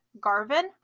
Garvin